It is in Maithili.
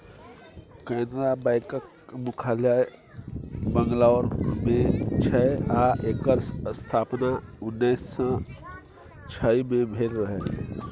कैनरा बैकक मुख्यालय बंगलौर मे छै आ एकर स्थापना उन्नैस सँ छइ मे भेल रहय